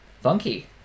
Funky